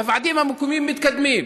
והוועדים המקומיים התקדמו.